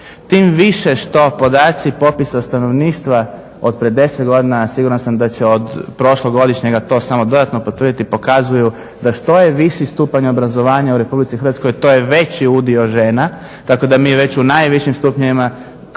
Tim više što podaci popisa stanovništva od prije 10 godina siguran sam da će od prošlogodišnjega to samo dodatno potvrditi pokazuju da što je viši stupanj obrazovanja u RH to je veći udio žena, tako da mi već u najvišim stupnjevima